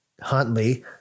Huntley